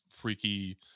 freaky